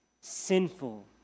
sinful